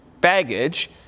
baggage